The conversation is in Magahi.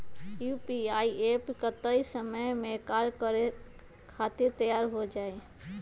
यू.पी.आई एप्प कतेइक समय मे कार्य करे खातीर तैयार हो जाई?